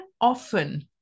often